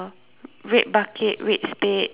red bucket red spade and then